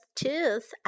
tooth